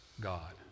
God